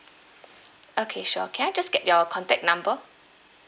okay sure can I just get your contact number